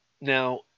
now